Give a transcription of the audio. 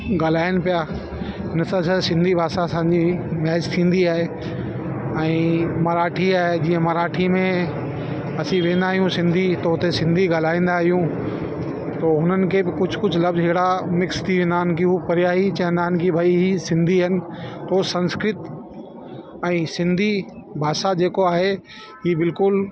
गाल्हाइनि पिया उनसां छा सिंधी भाषा असांजी मैच थींदी आहे ऐं मराठी आहे जीअं मराठी में असीं वेंदा आहियूं सिंधी त उते सिंधी गाल्हाईंदा आहियूं पोइ उन्हनि खे बि कुझु कुझु लफ़्ज़ हेड़ा मिक्स थी वेंदा आहिनि कि हू परियां ई चवंदा आहिनि कि भई ही सिंधी आहिनि पोइ संस्कृत ऐं सिंधी भाषा जेको आहे ही बिल्कुलु